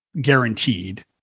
guaranteed